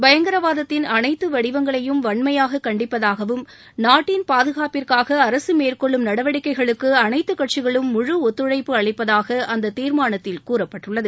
பயங்கரவாதத்தின் அனைத்து வடிவங்களையும் வன்மையாக கண்டிப்பதாகவும் நாட்டின் பாதுகாப்பிற்காக அரசு மேற்கொள்ளும் நடவடிக்கைகளுக்கு அனைத்து கட்சிகளும் முழு ஒத்துழைப்பு அளிப்பதாக அந்த தீர்மானத்தில் கூறப்பட்டுள்ளது